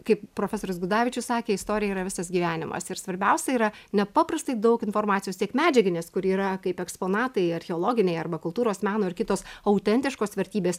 kaip profesorius gudavičius sakė istorija yra visas gyvenimas ir svarbiausia yra nepaprastai daug informacijos tiek medžiaginės kuri yra kaip eksponatai archeologiniai arba kultūros meno ir kitos autentiškos vertybės